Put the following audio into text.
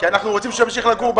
אנחנו רוצים שהוא ימשיך לגור בעיר.